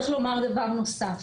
צריך לומר דבר נוסף.